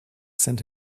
send